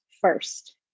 first